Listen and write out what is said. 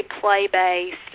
play-based